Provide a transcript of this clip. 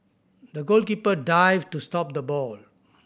the goalkeeper dived to stop the ball